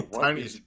Tiny